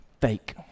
fake